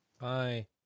Hi